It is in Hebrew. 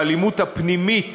הטיפול באלימות הפנימית,